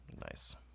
nice